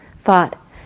thought